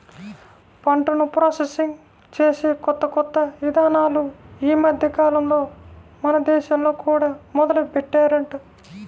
పంటను ప్రాసెసింగ్ చేసే కొత్త కొత్త ఇదానాలు ఈ మద్దెకాలంలో మన దేశంలో కూడా మొదలుబెట్టారంట